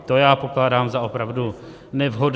To já pokládám za opravdu nevhodné.